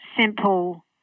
simple